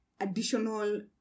additional